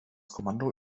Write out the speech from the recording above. kommando